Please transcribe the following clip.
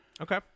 Okay